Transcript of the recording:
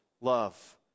love